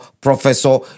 professor